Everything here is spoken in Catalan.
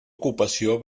ocupació